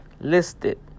listed